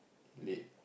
late